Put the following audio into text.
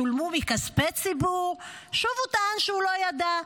שולמו מכספי ציבור, שוב הוא טען שהוא לא ידע.